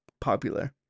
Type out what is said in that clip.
popular